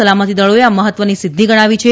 સલામતિદળોએ આ મહત્વની સિદ્ધિ ગણાવી છે